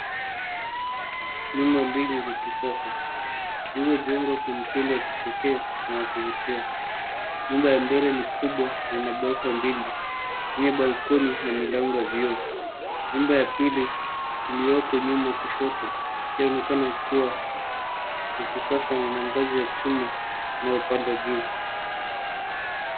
Nyumba mbili za kisasa zilizojengwa kwa mtindo wa kipekee na wa kuvutia. Nyumba ya mbele ni kubwa na ghorofa mbili enye balkoni na mlango wa vioo. Nyumba ya pili iliyoko nyuma kushoto yaonekana kuwa ya kisasa na ina ngazi ya chuma inayopanda juu.